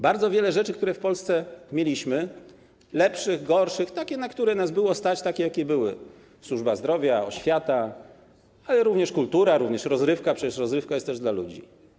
Bardzo wiele rzeczy, które w Polsce mieliśmy, lepszych, gorszych, takich, na które nas było stać, takich, jakie były: służba zdrowia, oświata, ale również kultura, również rozrywka, przecież rozrywka jest też dla ludzi.